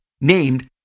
named